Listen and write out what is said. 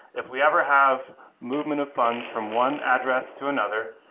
if we ever have movement of funds from one address to another,